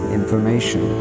information